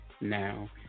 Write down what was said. now